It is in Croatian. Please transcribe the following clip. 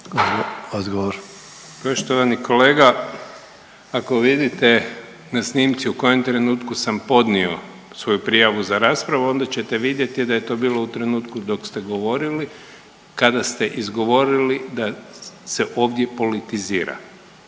Poštovani kolega ako vide na snimci u kojem trenutku sam podnio svoju prijavu za raspravu onda ćete vidjeti da je to bilo u trenutku dok ste govorili, kada ste izgovorili da se ovdje politizira.